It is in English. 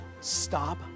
stop